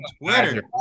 twitter